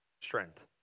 strength